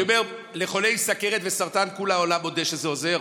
אני אומר שלחולי סוכרת וסרטן כל העולם מודה שזה עוזר.